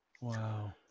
Wow